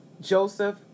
Joseph